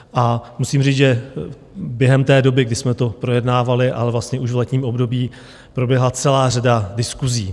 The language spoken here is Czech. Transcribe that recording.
A musím říct, že během té doby, kdy jsme to projednávali, ale vlastně už v letním období, proběhla celá řada diskusí.